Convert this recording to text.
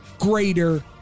Greater